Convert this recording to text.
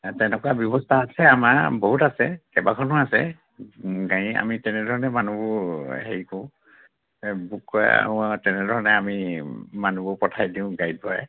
তেনেকুৱা ব্যৱস্থা আছে আমাৰ বহুত আছে কেইবাখনো আছে গাড়ী আমি তেনেধৰণে মানুহবোৰ হেৰি কৰোঁ বুক কৰা তেনেধৰণে আমি মানুহবোৰ পঠাই দিওঁ গাড়ী পৰাই